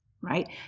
right